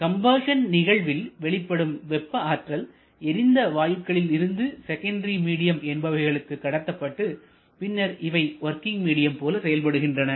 combustion நிகழ்வில் வெளிப்படும் வெப்ப ஆற்றல் எரிந்த வாயுக்களில் இருந்து செகண்டரி மீடியம் என்பவைகளுக்கு கடத்தப்பட்டு பின்னர் இவை ஒர்க்கிங் மீடியம் போல செயல்படுகின்றன